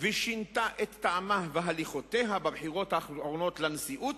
ושינתה טעמה והליכותיה בבחירות האחרונות לנשיאות?